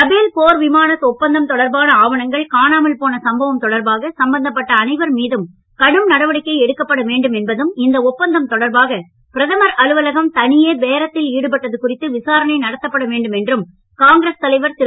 Rafale போர் விமானம் ஒப்பந்தம் தொடர்பான ஆவணங்கள் காணாமல் போன சம்பவம் தொடர்பாக சம்பந்தப்பட்ட அனைவர் மீதும் கடும் நடவடிக்கை எடுக்கப்பட வேண்டும் என்பதும் இந்த ஒப்பந்தம் தொடர்பாக பிரதமர் அலுவலகம் தனியே பேரத்தில் ஈடுபட்டது குறித்து விசாரணை நடத்தப்பட வேண்டும் என்றும் காங்கிரஸ் தலைவர் திரு